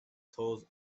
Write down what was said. those